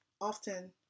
often